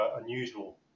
unusual